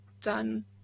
done